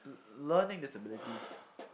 learning disabilities